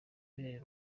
ubereye